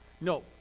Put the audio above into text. No